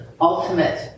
ultimate